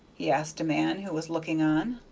he asked a man who was looking on.